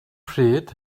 pryd